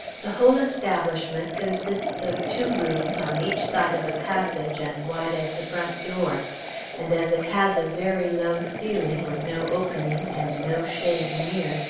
the whole establishment consists of two rooms on each side of a passage as wide as the front door and as it has a very low ceiling, with no opening, and no shade near,